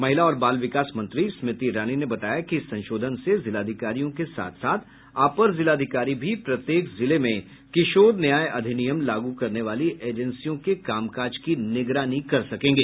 महिला और बाल विकास मंत्री स्मृति ईरानी ने बताया कि इस संशोधन से जिलाधिकारियों के साथ साथ अपर जिलाधिकारी भी प्रत्येक जिले में किशोर न्याय अधिनियम लागू करने वाली एजेंसियों के कामकाज की निगरानी कर सकेंगे